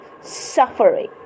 suffering